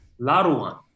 Laruan